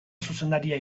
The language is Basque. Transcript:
zuzendaria